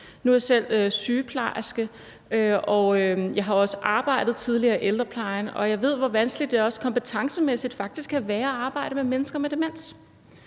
Nu er jeg selv sygeplejerske, og jeg har også tidligere arbejdet i ældreplejen, og jeg ved, hvor vanskeligt det også kompetencemæssigt faktisk kan være